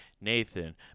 Nathan